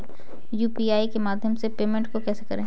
UPI के माध्यम से पेमेंट को कैसे करें?